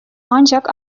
ancak